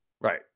right